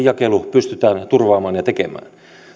jakelu pystytään turvamaan ja tekemään